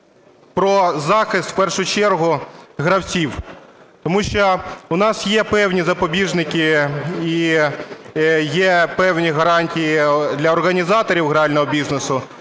про захист в першу чергу гравців. Тому що в нас є певні запобіжники, і є певні гарантії для організаторів грального бізнесу,